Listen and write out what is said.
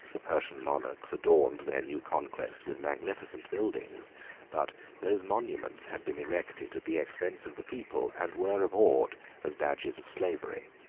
the persian monarchs adorned their new conquest with magnificent buildings but those monuments had been erected at the expense of the people, and were abhorred as badges of slavery.